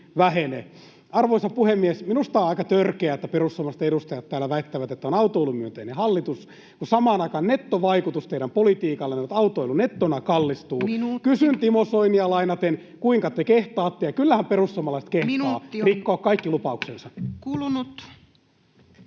Arvoisa puhemies! Minusta on aika törkeää, että perussuomalaiset edustajat täällä väittävät, että on autoilumyönteinen hallitus, kun samaan aikaan nettovaikutus teidän politiikallanne on, että autoilu nettona kallistuu. [Puhemies: Minuutti!] Kysyn Timo Soinia lainaten: kuinka te kehtaatte? Ja kyllähän perussuomalaiset kehtaavat rikkoa kaikki lupauksensa.